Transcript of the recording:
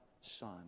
son